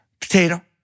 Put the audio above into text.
Potato